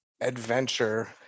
Adventure